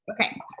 Okay